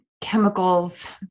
chemicals